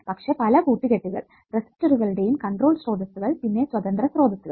പക്ഷെ പല കൂട്ടുകെട്ടുകൾ റെസിസ്റ്ററുകളുടെയും കൺട്രോൾ സ്രോതസ്സുകൾ പിന്നെ സ്വതന്ത്ര സ്രോതസ്സുകൾ